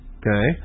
okay